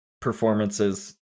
performances